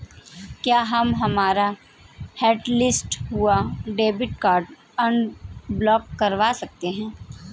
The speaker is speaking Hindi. क्या हम हमारा हॉटलिस्ट हुआ डेबिट कार्ड अनब्लॉक करवा सकते हैं?